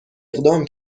اقدام